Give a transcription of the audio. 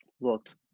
looked